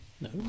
No